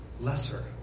lesser